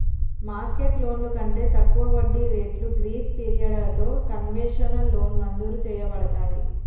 market లోన్లు కంటే తక్కువ వడ్డీ రేట్లు గ్రీస్ పిరియడలతో కన్వెషనల్ లోన్ మంజురు చేయబడతాయి